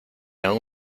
aun